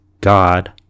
God